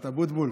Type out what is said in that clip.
אבוטבול,